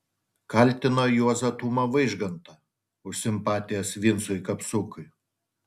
kaltino juozą tumą vaižgantą už simpatijas vincui kapsukui